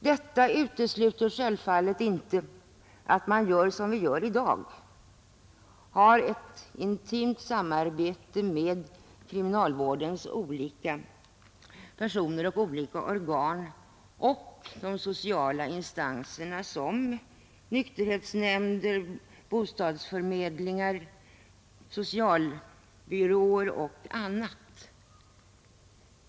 Detta utesluter självfallet inte att man gör som vi gör i dag: har ett intimt samarbete mellan kriminalvårdens olika befattningshavare och organ och de sociala instanserna såsom nykterhetsnämnder, bostadsförmedlingar och socialbyråer.